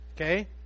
Okay